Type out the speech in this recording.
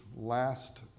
last